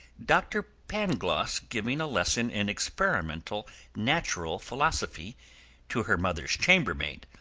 dr. pangloss giving a lesson in experimental natural philosophy to her mother's chamber-maid,